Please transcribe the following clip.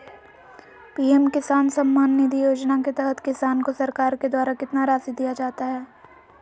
PM किसान सम्मान निधि योजना के तहत किसान को सरकार के द्वारा कितना रासि दिया जाता है?